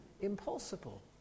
impossible